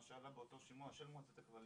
מה שעלה באותו שימוע של מועצת הכבלים